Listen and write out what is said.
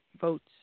votes